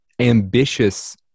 ambitious